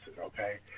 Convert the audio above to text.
okay